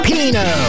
Pino